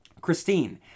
christine